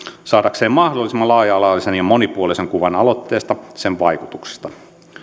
saadakseen mahdollisimman laaja alaisen ja monipuolisen kuvan aloitteesta ja sen vaikutuksista